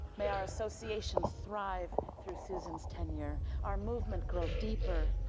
may our association thrive through susan's tenure, our movement grow deeper,